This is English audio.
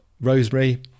rosemary